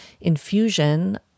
infusion